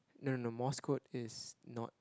no no morse code is not